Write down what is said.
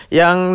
yang